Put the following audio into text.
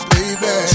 Baby